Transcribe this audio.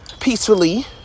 peacefully